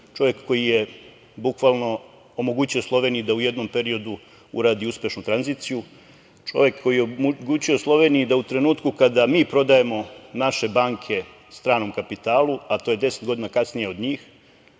čovek koji je bukvalno omogućio Sloveniji da u jednom periodu uradi uspešnu tranziciju, čovek koji je omogućio Sloveniji da u trenutku kada mi prodajemo naše banke stranom kapitalu, a to je 10 godina kasnije od njih,